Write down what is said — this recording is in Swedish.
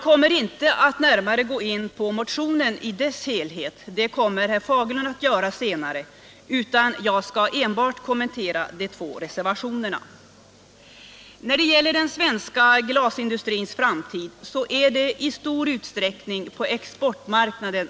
12 maj 1977 Den svenska glasindustrins framtid är i stor utsträckning beroende = av om man kan göra sig gällande på exportmarknaden.